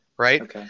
Right